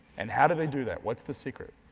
and how do they do that? what's the secret?